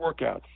workouts